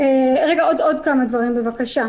רגע, עוד כמה דברים, בבקשה.